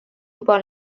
juba